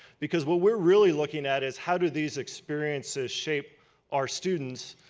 because what we are really looking at is how do these experiences shape our students,